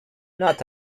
not